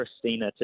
Christina